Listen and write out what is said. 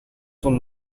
son